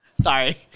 Sorry